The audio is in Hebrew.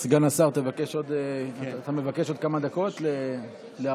סגן השר מבקש כמה דקות לארכה?